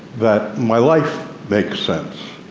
that my life makes sense.